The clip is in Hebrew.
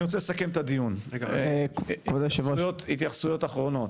אני רוצה לסכם את הדיון, התייחסויות אחרונות.